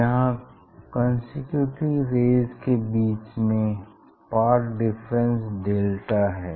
यहाँ consecutive rays के बीच में पाथ डिफरेंस डेल्टा है